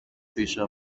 πίσω